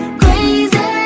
crazy